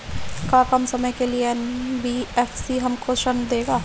का कम समय के लिए एन.बी.एफ.सी हमको ऋण देगा?